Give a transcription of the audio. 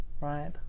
Right